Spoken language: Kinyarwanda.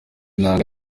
inanga